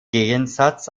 gegensatz